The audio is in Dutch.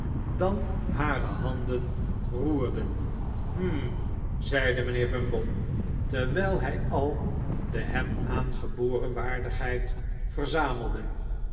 dan hare handen roerden hm zeide mijnheer bumble terwijl hij al de hem aangeboren waardigheid verzamelde